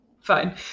fine